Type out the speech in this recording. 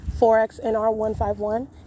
4XNR151